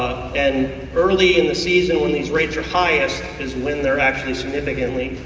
and early in the season when these rates are highest is when they're actually significantly,